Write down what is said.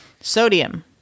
Sodium